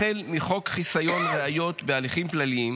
החל מחוק חיסיון ראיות בהליכים פליליים